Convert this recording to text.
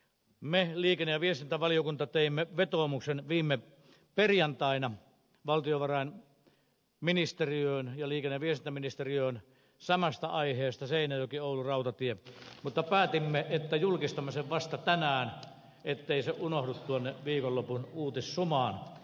me liikenne ja viestintävaliokunta teimme vetoomuksen viime perjantaina valtiovarainministeriöön ja liikenne ja viestintäministeriöön samasta aiheesta seinäjokioulu rautatie mutta päätimme että julkistamme sen vasta tänään ettei se unohdu tuonne viikonlopun uutissumaan